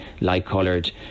light-coloured